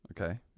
Okay